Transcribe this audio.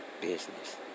Business